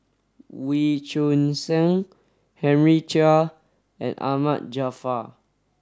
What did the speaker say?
Wee Choon Seng Henry Chia and Ahmad Jaafar